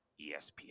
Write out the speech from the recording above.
ESPN